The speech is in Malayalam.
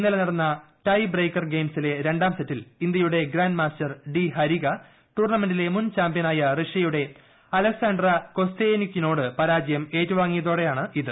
ഇന്നലെ നടന്ന ടൈ ബ്രേക്കർ ഗെയിംസിലെ രണ്ടാം സെറ്റിൽ ഇന്ത്യയുടെ ഗ്രാന്റ്മാസ്റ്റർ ഡി ഹരിക ടൂർണമെന്റിലെ മുൻ ചാമ്പ്യനായ റൃഷ്ടിയുടെ അലോക്സാണ്ട്ര കൊസ്തേന്യുകിനോട് പരാജയം ഏറ്റുവാ്ങ്ങിയതോടെയാണ് ഇത്